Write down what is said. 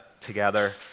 together